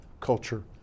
culture